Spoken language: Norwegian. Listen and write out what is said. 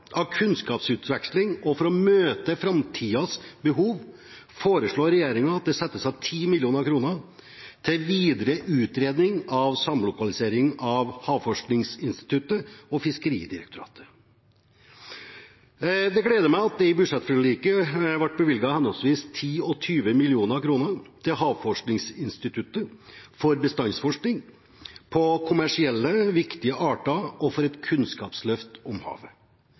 av kunnskapsutveksling og for å møte framtidens behov foreslår regjeringen at det settes av 10 mill. kr til videre utredning av samlokalisering av Havforskningsinstituttet og Fiskeridirektoratet. Det gleder meg at det i budsjettforliket ble bevilget henholdsvis 10 og 20 mill. kr til Havforskningsinstituttet for bestandsforskning på kommersielt viktige arter og for et kunnskapsløft om havet.